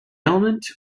element